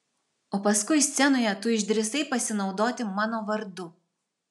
o paskui scenoje tu išdrįsai pasinaudoti mano vardu